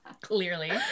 clearly